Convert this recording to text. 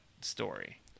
story